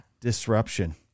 Disruption